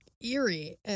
eerie